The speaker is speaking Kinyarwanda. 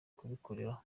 kubikoraho